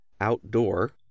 Outdoor